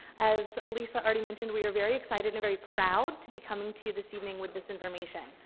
as lisa already mentioned we are very excited and very proud to be coming to this evening with this information.